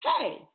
Hey